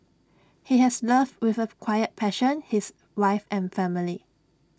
he has loved with A quiet passion his wife and family